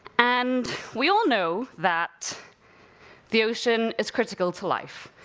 and we all know that the ocean is critical to life.